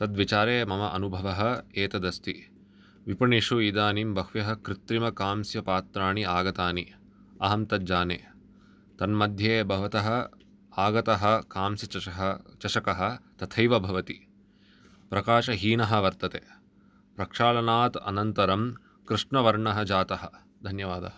तद्विचारे मम अनुभवः एतदस्ति विपणिषु इदानीं बह्व्यः कृत्रिमकांस्यपात्राणि आगतानि अहं तद् जाने तन्मध्ये भवतः आगतः कांस्यचषः चषकः तथैव भवति प्रकाशहीनः वर्तते प्रक्षालनात् अनन्तरं कृष्णवर्णः जातः धन्यवादः